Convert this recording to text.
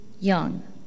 young